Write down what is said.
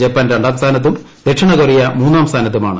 Japan രണ്ടാം സ്ഥാനത്തും ദക്ഷിണ്ടുകൊറിയ മൂന്നാം സ്ഥാനത്തുമാണ്